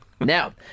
Now